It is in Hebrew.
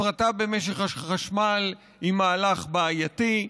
הפרטה במשק החשמל היא מהלך בעייתי,